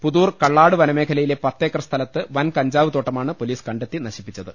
പുതൂർ കള്ളാട് വന മേഖലയിലെ പത്തേക്കർ സ്ഥലത്ത് വൻകഞ്ചാവ് തോട്ടമാണ് പൊലീസ് കണ്ടെത്തി നശിപ്പിച്ചത്